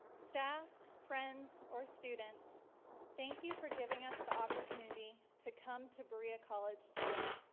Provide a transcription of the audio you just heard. staff, friends or students thank you for giving us the opportunity to come to berea college today.